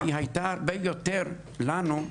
היא הייתה הרבה יותר לנו,